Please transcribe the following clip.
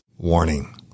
Warning